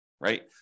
right